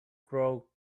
grow